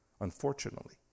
unfortunately